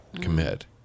commit